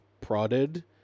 prodded